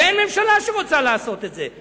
ואין ממשלה שרוצה לעשות את זה.